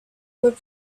would